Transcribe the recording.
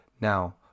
Now